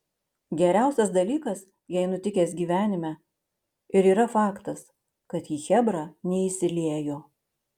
geriausias dalykas jai nutikęs gyvenime ir yra faktas kad į chebrą neįsiliejo